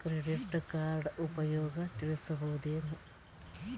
Credit card ಉಪಯೋಗ ತಿಳಸಬಹುದೇನು?